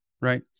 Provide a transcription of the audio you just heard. right